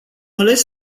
ales